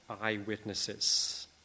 eyewitnesses